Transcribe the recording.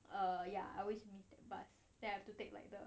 err ya I always you miss the bus then I have to take like the